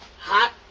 hot